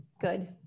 good